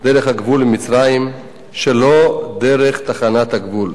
דרך הגבול עם מצרים שלא דרך תחנת הגבול.